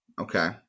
Okay